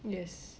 yes